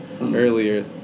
earlier